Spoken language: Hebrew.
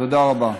תודה רבה.